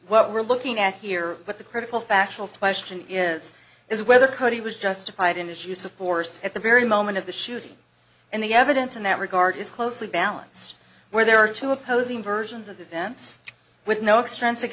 what we're looking at here but the critical factual question is is whether cody was justified in his use of force at the very moment of the shooting and the evidence in that regard is closely balanced where there are two opposing versions of events with no extensi